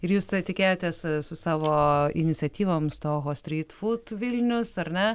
ir jūs tikėjotės su savo iniciatyvoms to hostrit fut vilnius ar ne